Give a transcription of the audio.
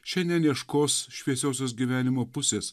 šiandien ieškos šviesiosios gyvenimo pusės